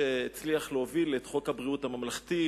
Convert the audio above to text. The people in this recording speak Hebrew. שהצליח להוביל את חוק ביטוח הבריאות הממלכתי,